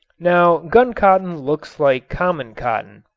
now guncotton looks like common cotton.